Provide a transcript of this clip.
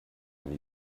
when